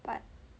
but